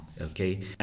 okay